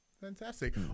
Fantastic